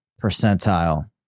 percentile